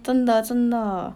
真的真的